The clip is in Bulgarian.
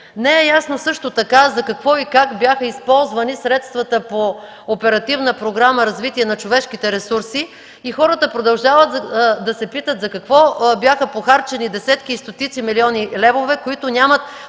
Не е ясно също така за какво и как бяха използвани средствата по Оперативна програма „Развитие на човешките ресурси” и хората продължават да се питат за какво бяха похарчени десетки и стотици милиони левове, които нямат